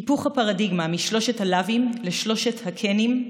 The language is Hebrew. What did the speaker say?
היפוך הפרדיגמה משלושת הלאווים לשלושת הכנים,